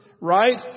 right